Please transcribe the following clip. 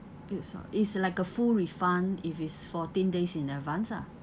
it's a it's like a full refund if it's fourteen days in advance lah